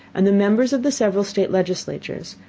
and the members of the several state legislatures,